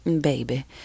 baby